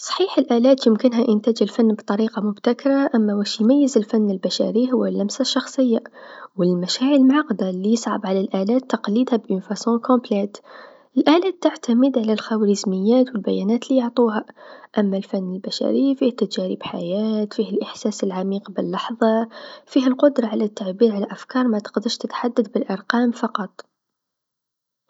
صحيح الآلات يمكنها إنتاج الفن بطريقه مبتكره، أما واش يميز الفن البشري هو اللمسه الشخصيه و المشاعر المعقده ليصعب على الآلات تقليدها بطريقه كامله، الآله تعتمد على خورازميات و البيانات ليعطوها، أما الفن البشري فيه تجارب حياة، فيه الإحساس العميق باللحظه ، فيه القدره على تعبير على الأفكار متقدرش تتحدث بالأرقام فقط.